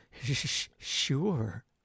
Sure